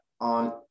on